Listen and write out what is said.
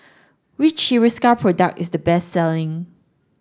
which Hiruscar product is the best selling